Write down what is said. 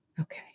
Okay